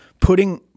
putting